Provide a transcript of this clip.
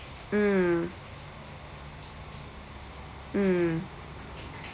mm mm